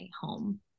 home